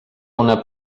una